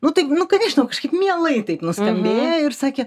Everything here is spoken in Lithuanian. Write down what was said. nu taip nu ką žinau kažkaip mielai taip nuskambėjo ir sakė